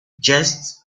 just